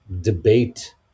debate